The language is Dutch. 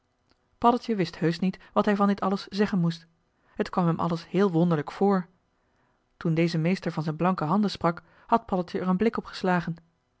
paddeltje wist heusch niet wat hij van dit alles zeggen moest t kwam hem alles heel wonderlijk voor toen deze meester van zijn blanke handen sprak had paddeltje er een blik